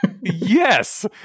yes